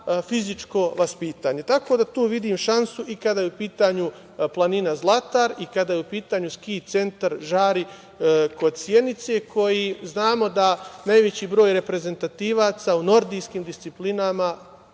fizičko vaspitanje. Tako, da tu vidim šansu i kada je u pitanju planina Zlatar i kada je u pitanju ski centar Žari kod Sjenice koji znamo da najveći broj reprezentativaca u nordijskim disciplinama,